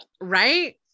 Right